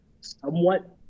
somewhat